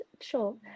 sure